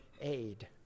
aid